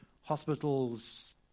hospitals